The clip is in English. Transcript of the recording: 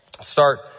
start